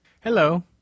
Hello